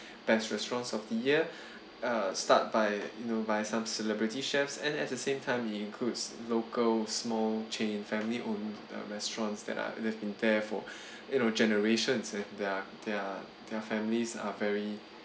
best restaurants of the year uh starred by you know by some celebrity chefs and at the same time we includes local small chain family owned um restaurants that are live in there for you know generations with their their their families are very